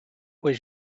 was